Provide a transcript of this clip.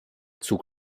zug